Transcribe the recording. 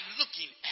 looking